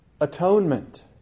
atonement